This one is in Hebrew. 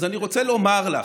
אז אני רוצה לומר לך,